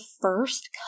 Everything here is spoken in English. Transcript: first